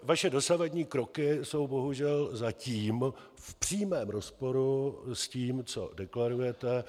Vaše dosavadní kroky jsou bohužel zatím v přímém rozporu s tím, co deklarujete.